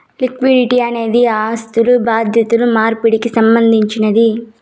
liquidity అనేది ఆస్థులు బాధ్యతలు మార్పిడికి సంబంధించినది